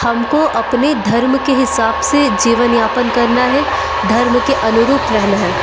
हमको अपने धर्म के हिसाब से जीवन यापन करना है धर्म के अनुरूप रहना है